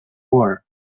were